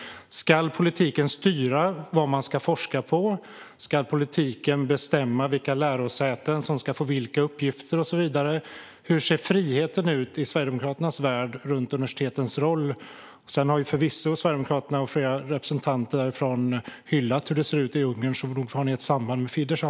Ska politiken styra vad man ska forska om? Ska politiken bestämma vilka lärosäten som ska få vilka uppgifter och så vidare? Hur ser friheten ut i Sverigedemokraternas värld vad gäller universitetens roll? Och flera representanter för Sverigedemokraterna har förvisso hyllat hur det ser ut i Ungern, så nog finns det ett samband med Fidesz!